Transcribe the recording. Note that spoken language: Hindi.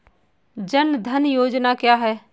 जनधन योजना क्या है?